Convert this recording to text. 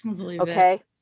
Okay